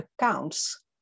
accounts